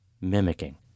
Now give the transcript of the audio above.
mimicking